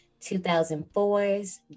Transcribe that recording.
2004's